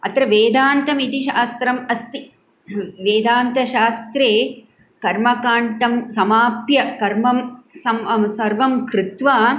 अत्र वेदान्तम् इति शास्त्रम् अस्ति वेदान्तशास्त्रे कर्मकाण्डं समाप्य कर्मं सर्वं कृत्वा